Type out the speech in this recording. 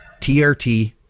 trt